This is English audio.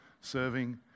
serving